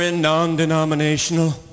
non-denominational